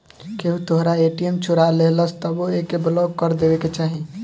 केहू तोहरा ए.टी.एम चोरा लेहलस तबो एके ब्लाक कर देवे के चाही